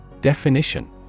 Definition